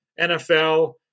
NFL